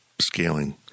scaling